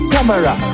Camera